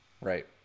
Right